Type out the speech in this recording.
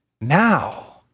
now